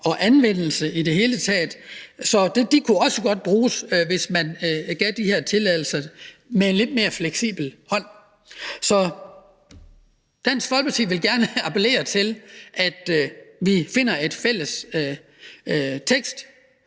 og anvendelse i det hele taget. Så de kunne også godt bruges, hvis man gav de her tilladelser og var lidt mere fleksibel. Så Dansk Folkeparti vil gerne appellere til, at vi finder frem til en fælles tekst,